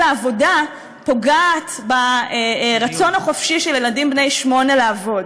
העבודה פוגע ברצון החופשי של ילדים בני שמונה לעבוד,